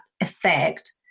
effect